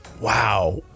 wow